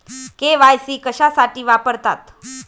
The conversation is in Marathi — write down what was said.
के.वाय.सी कशासाठी वापरतात?